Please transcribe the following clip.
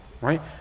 right